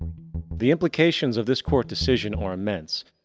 the implications of this court decision are immense.